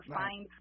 find